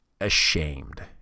ashamed